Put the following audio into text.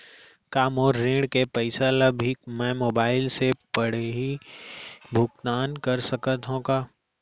का मोर ऋण के पइसा ल भी मैं मोबाइल से पड़ही भुगतान कर सकत हो का?